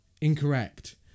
Incorrect